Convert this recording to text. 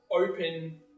open